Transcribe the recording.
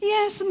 Yes